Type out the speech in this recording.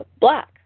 black